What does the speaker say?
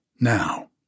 Now